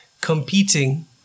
competing